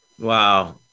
Wow